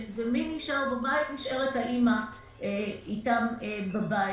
ונשארת האימא אתם בבית.